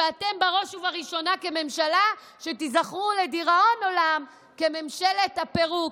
ואתם בראש ובראשונה כממשלה תיזכרו לדיראון עולם כממשלת הפירוק.